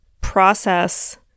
process